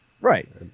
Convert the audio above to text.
Right